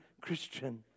Christian